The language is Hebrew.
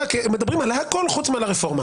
בעיה כי הם מדברים על הכול חוץ מאשר על הרפורמה.